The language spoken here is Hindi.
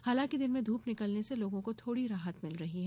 हालांकि दिन में धूप निकलने से लोगों को थोड़ी राहत मिल रही है